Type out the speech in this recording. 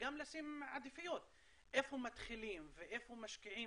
וגם לשים עדיפויות איפה מתחילים ואיפה משקיעים